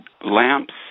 lamps